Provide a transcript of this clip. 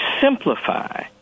simplify